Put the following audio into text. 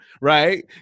right